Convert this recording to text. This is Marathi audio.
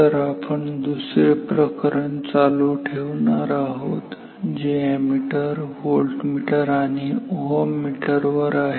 तर आपण दुसरे प्रकरण चालू ठेवणार आहोत जे अॅमीटर व्होल्टमीटर आणि ओहममीटर वर आहे